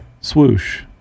swoosh